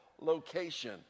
location